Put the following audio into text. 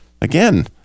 Again